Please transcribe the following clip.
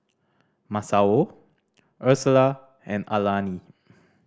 Masao Ursula and Alani